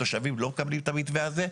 התושבים לא מקבלים את המתווה הזה,